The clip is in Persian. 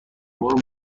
برو